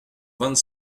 vingt